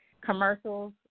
Commercials